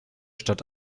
stadt